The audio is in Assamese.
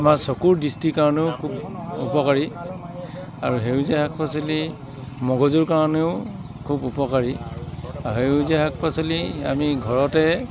আমাৰ চকুৰ দৃষ্টিৰ কাৰণেও খুব উপকাৰী আৰু সেউজীয়া শাক পাচলি মগজুৰ কাৰণেও খুব উপকাৰী আৰু সেউজীয়া শাক পাচলি আমি ঘৰতে